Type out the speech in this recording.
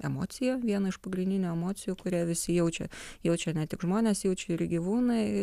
emocija viena iš pagrindinių emocijų kurią visi jaučia jaučia ne tik žmonės jaučia ir gyvūnai